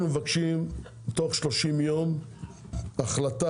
אנחנו מבקשים תוך 30 יום החלטה,